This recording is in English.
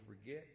forget